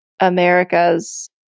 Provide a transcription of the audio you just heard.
America's